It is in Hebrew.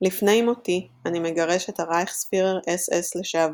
”לפני מותי אני מגרש את הרייכספהירר אס אס לשעבר,